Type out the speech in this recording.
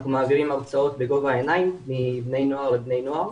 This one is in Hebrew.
ואנחנו מעבירים הרצאות בגובה העיניים מבני נוער לבני נוער.